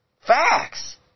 facts